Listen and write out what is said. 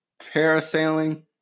parasailing